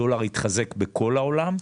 הדולר התחזק בכל העולם,